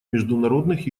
международных